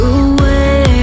away